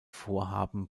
vorhaben